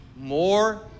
more